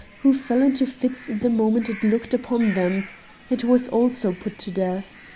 who fell into fits the moment it looked upon them it was also put to death.